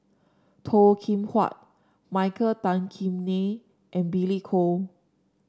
Toh Kim Hwa Michael Tan Kim Nei and Billy Koh